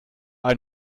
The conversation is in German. ein